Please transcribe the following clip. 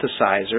synthesizer